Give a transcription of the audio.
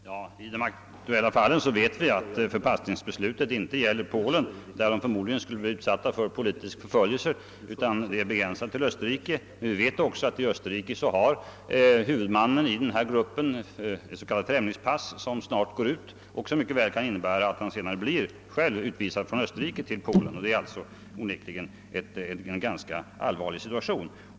Herr talman! I det aktuella fallet vet vi att förpassningsbeslutet inte gäller Polen, där vederbörande förmodligen skulle bli utsatta för politisk förföljelse, utan är begränsat till Österrike. Vi vet emellertid också att huvudmannen för denna grupp har ett österrikiskt s.k. främlingspass, som snart går ut. Detta kan mycket väl innebära att han senare blir utvisad från Österrike till Polen. Situationen är alltså onekligen ganska allvarlig.